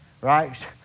Right